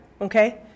okay